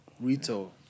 Rito